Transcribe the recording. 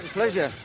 pleasure.